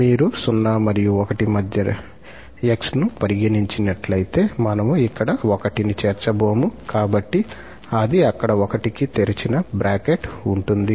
మీరు 0 మరియు 1 మధ్య 𝑥 ను పరిగణించినట్లైతే మనము ఇక్కడ 1 ని చేర్చబోము కాబట్టి అది అక్కడ 1 కి తెరిచిన బ్రాకెట్ ఉంటుంది